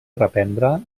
reprendre